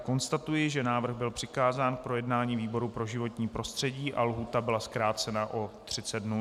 Konstatuji, že návrh byl přikázán k projednání výboru pro životní prostředí a lhůta byla zkrácena o 30 dnů.